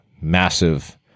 Massive